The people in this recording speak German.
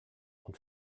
und